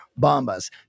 Bombas